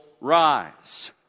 rise